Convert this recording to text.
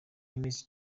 limits